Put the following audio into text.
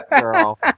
girl